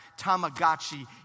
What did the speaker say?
Tamagotchi